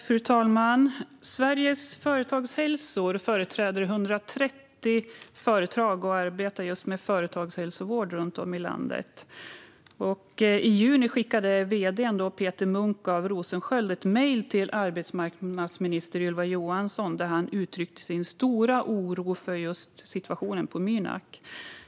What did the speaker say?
Fru talman! Sveriges Företagshälsor företräder 130 företag och arbetar just med företagshälsovård runt om i landet. I juni skickade vd:n Peter Munck af Rosenschöld ett mejl till arbetsmarknadsminister Ylva Johansson där han uttryckte sin stora oro för situationen på Mynak.